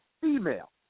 female